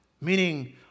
meaning